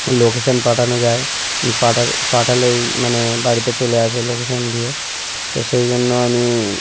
location পাঠানো যায় পাঠালেই মানে বাড়িতে চলে আসে লোকেশান দিয়ে তো সেই জন্য আমি